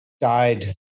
died